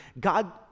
God